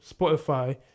Spotify